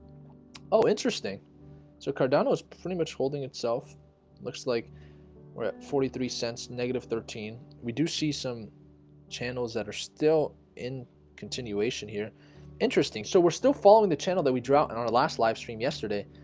oh interesting so cardona was pretty much holding itself looks like we're at forty three cents negative thirteen. we do see some channels that are still in continuation here interesting, so we're still following the channel that we drought in our last livestream yesterday